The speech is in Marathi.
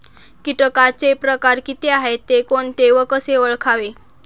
किटकांचे प्रकार किती आहेत, ते कोणते व कसे ओळखावे?